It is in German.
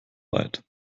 weit